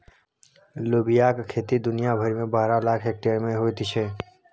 लोबियाक खेती दुनिया भरिमे बारह लाख हेक्टेयर मे होइत छै